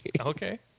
Okay